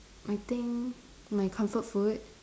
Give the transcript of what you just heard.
I think my comfort food